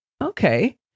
Okay